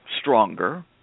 stronger